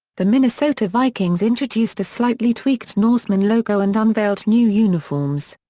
the minnesota vikings introduced a slightly tweaked norseman logo and unveiled new uniforms.